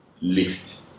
lift